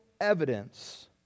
evidence